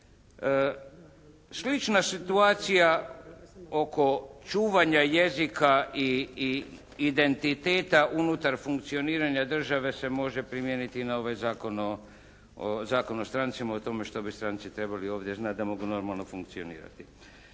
Slična situacija oko čuvanja jezika i identiteta unutar funkcioniranja države se može primijeniti i na ovaj Zakon o strancima u tome što bi stranci trebali ovdje znati da mogu normalno funkcionirati.